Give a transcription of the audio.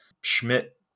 Schmidt